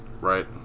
right